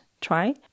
try